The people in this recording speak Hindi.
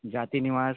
जाति निवास